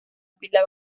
pila